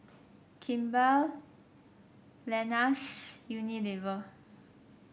Kimball Lenas Unilever